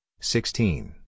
sixteen